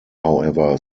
however